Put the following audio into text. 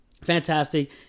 fantastic